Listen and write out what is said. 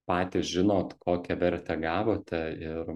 patys žinot kokią vertę gavote ir